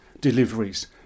deliveries